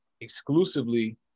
exclusively